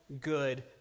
good